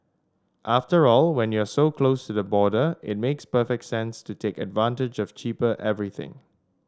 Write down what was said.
after all when you're so close to the border it makes perfect sense to take advantage of cheaper everything